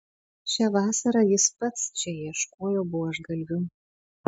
šią vasarą jis pats čia ieškojo buožgalvių